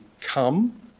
come